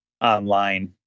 online